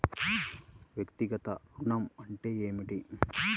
వ్యక్తిగత ఋణం అంటే ఏమిటి?